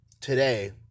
today